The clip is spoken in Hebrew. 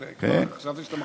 אבל כבר חשבתי שאתה,